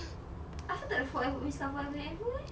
asal tak ada forever winx club forever eh